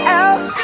else